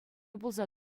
пулса